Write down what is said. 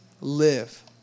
live